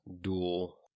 dual